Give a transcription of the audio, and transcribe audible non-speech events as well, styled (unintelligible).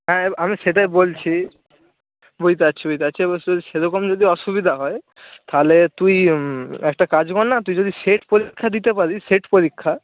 হ্যাঁ আমি সেটাই বলছি বুঝতে পারছি বুঝতে পারছি (unintelligible) সেরকম যদি অসুবিধা হয় তাহলে তুই একটা কাজ কর না তুই যদি সেট পরীক্ষা দিতে পারিস সেট পরীক্ষা